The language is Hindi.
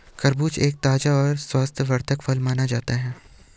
खरबूजा एक ताज़ा और स्वास्थ्यवर्धक फल माना जाता है